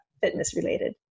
fitness-related